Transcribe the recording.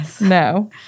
No